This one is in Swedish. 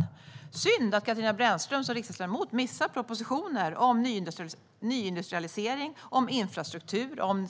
Det är synd att Katarina Brännström som riksdagsledamot missar propositioner om nyindustrialisering, infrastruktur och en